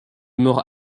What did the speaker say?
mort